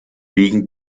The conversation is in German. liegen